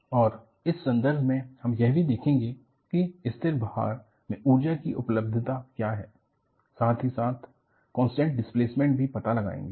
और इस संदर्भ में हम भी देखेंगे कि स्थिर भार में ऊर्जा की उपलब्धता क्या है साथ ही साथ कांस्टेंट डिस्प्लेसमेंट भी पता लगाएंगे